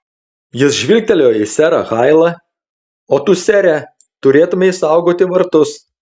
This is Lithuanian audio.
jis žvilgtelėjo į serą hailą o tu sere turėtumei saugoti vartus